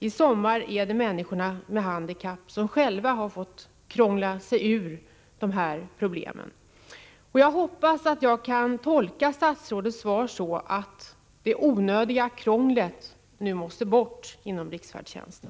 I somras var det människor med handikapp som själva fick krångla sig ur dessa problem. Jag hoppas att jag kan tolka statsrådets svar så att det onödiga krånglet nu måste bort inom riksfärdtjänsten.